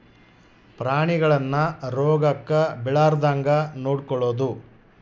ಪ್ರಾಣಿಗಳನ್ನ ರೋಗಕ್ಕ ಬಿಳಾರ್ದಂಗ ನೊಡಕೊಳದು